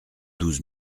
douze